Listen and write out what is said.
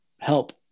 help